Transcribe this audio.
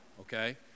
okay